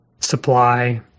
supply